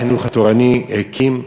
רשת "מעיין החינוך התורני" הקימה